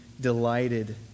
delighted